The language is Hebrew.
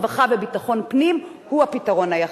רווחה וביטחון פנים הוא הפתרון היחיד.